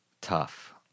Tough